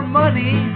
money